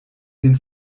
den